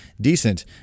decent